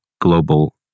global